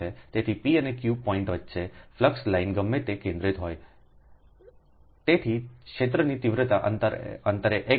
તેથી p અને q point વચ્ચે ફ્લક્સ લાઇન ગમે તે કેન્દ્રિત હોય તેથી ક્ષેત્રની તીવ્રતા અંતરે x